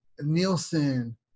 Nielsen